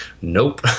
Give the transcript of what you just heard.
nope